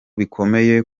bikomeye